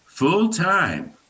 full-time